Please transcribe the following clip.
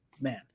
man